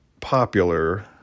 popular